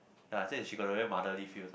ya I say she got a very motherly feels ah